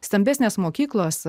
stambesnės mokyklos